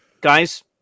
Guys